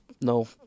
no